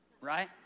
right